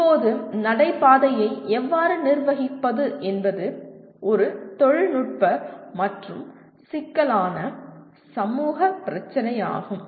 இப்போது நடைபாதையை எவ்வாறு நிர்வகிப்பது என்பது ஒரு தொழில்நுட்ப மற்றும் சிக்கலான சமூகப் பிரச்சினையாகும்